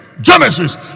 Genesis